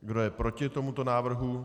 Kdo je proti tomuto návrhu?